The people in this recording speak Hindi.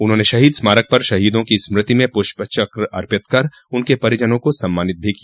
उन्होंने शहीद स्मारक पर शहीदों की स्मृति में पुष्पचक्र अर्पित कर उनके परिजनों को सम्मानित किया